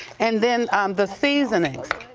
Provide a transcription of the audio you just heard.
and then the seasonings.